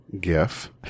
gif